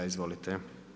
Izvolite.